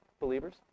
believers